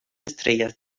estrellas